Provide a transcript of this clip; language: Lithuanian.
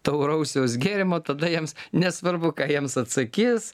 tauraus jaus gėrimo tada jiems nesvarbu ką jiems atsakys